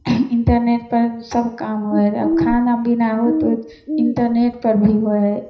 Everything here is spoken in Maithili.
इन्टरनेटपर सब काम होइ हइ अब खाना पीना होइत होइत इन्टरनेटपर भी होइ हइ